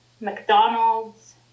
McDonald's